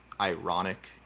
ironic